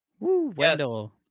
Wendell